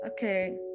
okay